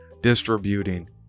Distributing